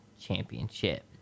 championship